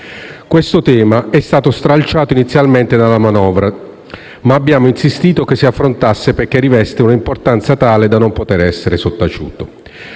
Questo tema è stato inizialmente stralciato dalla manovra, ma abbiamo insistito che si affrontasse perché riveste una importanza tale da non poter essere sottaciuto.